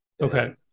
Okay